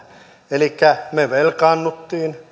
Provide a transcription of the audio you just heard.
elikkä me velkaannuimme